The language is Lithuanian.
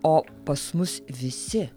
o pas mus visi